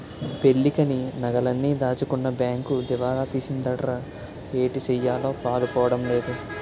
పెళ్ళికని నగలన్నీ దాచుకున్న బేంకు దివాలా తీసిందటరా ఏటిసెయ్యాలో పాలుపోడం లేదు